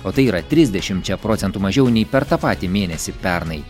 o tai yra trisdešimčia procentų mažiau nei per tą patį mėnesį pernai